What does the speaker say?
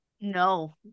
No